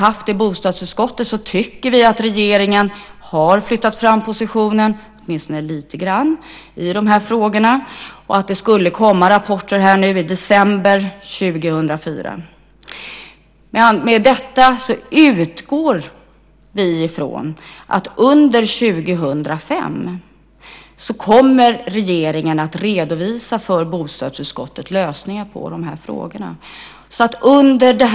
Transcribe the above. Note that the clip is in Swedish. Vi tycker att regeringen har flyttat fram positionen - åtminstone lite grann - i dessa frågor. Det skulle komma rapporter i december 2004. Med detta utgår vi från att regeringen under 2005 kommer att redovisa lösningar på de här frågorna för bostadsutskottet.